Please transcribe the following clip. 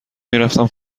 میرفتم